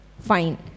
fine